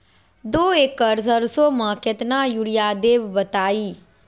दो एकड़ सरसो म केतना यूरिया देब बताई?